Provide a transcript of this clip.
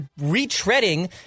retreading